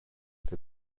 der